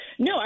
No